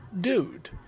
dude